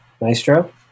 Maestro